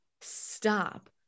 stop